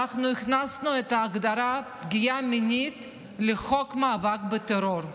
אנחנו הכנסנו את ההגדרה "פגיעה מינית" לחוק מאבק בטרור.